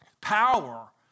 power